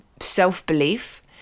self-belief